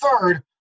third